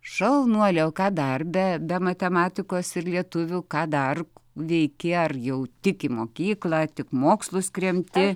šaunuolė o ką dar be be matematikos ir lietuvių ką dar veiki ar jau tik į mokyklą tik mokslus kremti